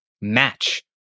match